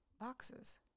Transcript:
boxes